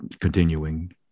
continuing